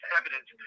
evidence